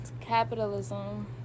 Capitalism